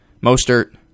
Mostert